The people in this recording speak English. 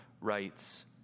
writes